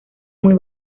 muy